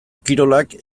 kirolak